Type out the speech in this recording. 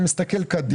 אני מסתכל קדימה.